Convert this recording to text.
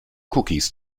cookies